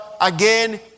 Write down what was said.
again